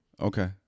okay